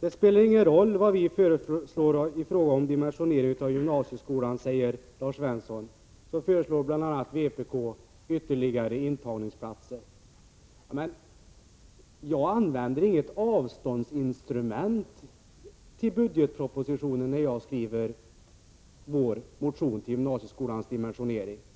Det spelar ingen roll vad vi föreslår i fråga om dimensioneringen av gymnasieskolan, säger Lars Svensson. Vpk föreslår bl.a. ytterligare intagningsplatser. Vi har inte använt något instrument för att ta ut ett avstånd till budgetpropositionen när vi har skrivit vår motion om gymnasieskolans dimensionering.